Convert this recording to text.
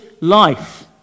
life